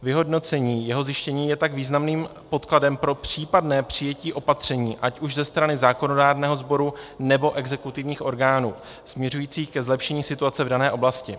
Vyhodnocení jeho zjištění je tak významným podkladem pro případné přijetí opatření, ať už ze strany zákonodárného sboru, nebo exekutivních orgánů, směřujících ke zlepšení situace v dané oblasti.